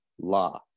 la